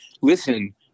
listen